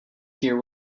here